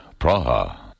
Praha. (